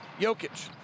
Jokic